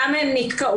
למה הן נתקעות?